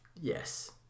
yes